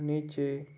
नीचे